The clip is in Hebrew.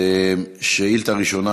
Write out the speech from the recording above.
שאילתה ראשונה,